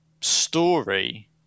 story